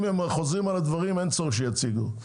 אם הם חוזרים על הדברים אין צורך שיציגו.